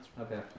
Okay